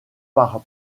par